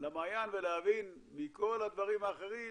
למעיין ולהבין מכל הדברים האחרים